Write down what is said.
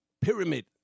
pyramid